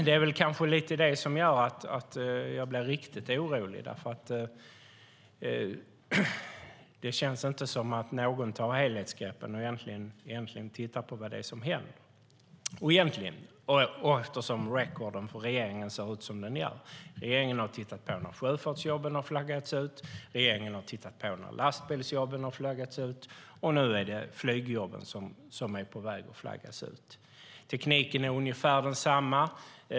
Det är kanske det som gör att jag blir riktigt orolig, för det känns inte som att någon tar helhetsgreppen och tittar på vad det är som händer, eftersom "recorden" för regeringen ser ut som den gör. Regeringen har tittat på när sjöfartsjobben har flaggats ut, regeringen har tittat på när lastbilsjobben har flaggats ut, och nu är det flygjobben som är på väg att flaggas ut. Tekniken är ungefär densamma.